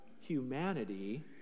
humanity